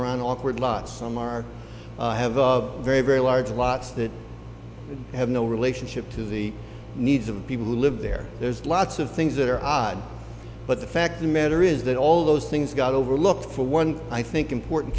around awkward lot some are have very very large lots that have no relationship to the needs of people who live there there's lots of things that are odd but the fact the matter is that all those things got overlooked for one i think important